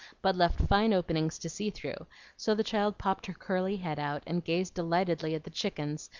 but left fine openings to see through so the child popped her curly head out, and gazed delightedly at the chickens,